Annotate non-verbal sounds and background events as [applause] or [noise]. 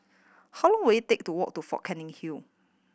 how long will it take to walk to Fort Canning [unintelligible]